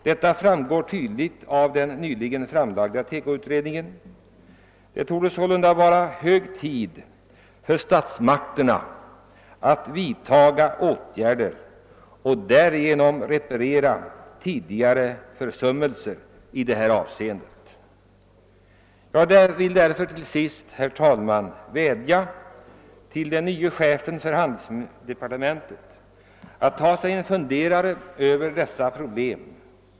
Detta framgår klart av det nyligen framlagda betänkandet från TEKO-utredningen. Det torde sålunda vara hög tid för statsmakterna att vidtaga åtgärder för att reparera tidigare försummelser i detta avseende. Jag vill därför, herr talman, till sist vädja till den nye chefen för handelsdepartementet att ta sig en funderare på dessa problem.